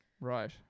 right